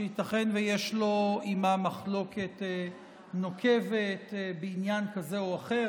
שייתכן שיש לו עימה מחלוקת נוקבת בעניין כזה או אחר,